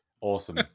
Awesome